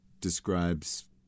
describes